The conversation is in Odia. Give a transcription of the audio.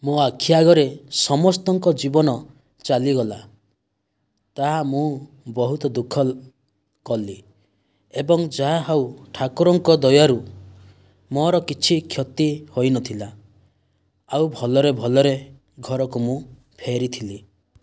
ମୋ ଆଖି ଆଗରେ ସମସ୍ତଙ୍କ ଜୀବନ ଚାଲିଗଲା ତାହା ମୁଁ ବହୁତ ଦୁଃଖ କଲି ଏବଂ ଯାହା ହେଉ ଠାକୁରଙ୍କ ଦୟାରୁ ମୋର କିଛି କ୍ଷତି ହୋଇନଥିଲା ଆଉ ଭଲରେ ଭଲରେ ଘରକୁ ମୁଁ ଫେରିଥିଲି